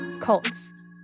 Cults